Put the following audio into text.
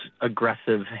aggressive